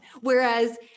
Whereas